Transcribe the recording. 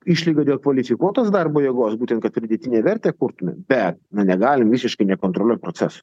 išlygą dėl kvalifikuotos darbo jėgos būtent kad pridėtinę vertę kurtumėm bet na negalim visiškai nekontroliuot procesų